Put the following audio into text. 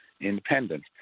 independent